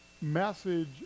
message